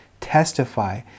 testify